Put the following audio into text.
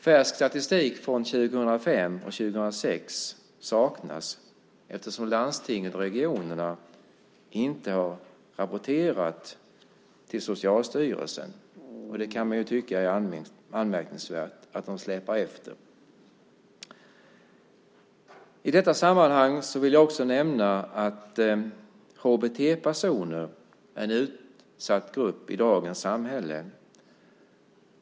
Färsk statistik från 2005 och 2006 saknas eftersom landstingen och regionerna inte har rapporterat till Socialstyrelsen. Man kan ju tycka att det är anmärkningsvärt att de släpar efter. I detta sammanhang vill jag också nämna att HBT-personer är en utsatt grupp i dagens samhälle.